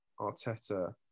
Arteta